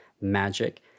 magic